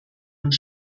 und